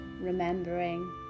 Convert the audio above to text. remembering